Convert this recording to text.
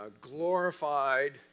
Glorified